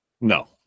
No